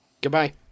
Goodbye